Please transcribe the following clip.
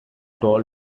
told